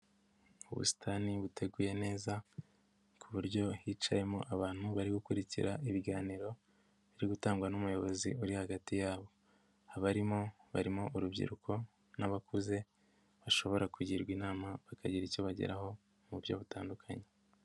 Ubusitani buteguye neza ku buryo hicayemo abantu bari gukurikira ibiganiro biri gutangwa n'umuyobozi uri hagati yabo, abarimo barimo urubyiruko n'abakuze bashobora kugirwa inama bakagira icyo bageraho mu buryo butandukanye.